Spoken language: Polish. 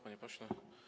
Panie Pośle!